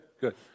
good